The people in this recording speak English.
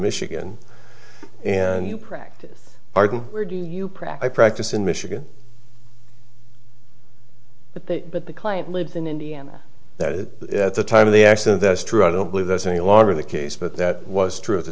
michigan and you practice arden or do you practice practice in michigan but that but the client lives in indiana that at the time of the accident that is true i don't believe there's any longer the case but that was true at the